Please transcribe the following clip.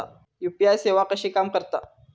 UPI सेवा कशी काम करता?